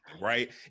Right